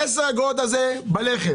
זה ה-10 אגורות האלו בלחם,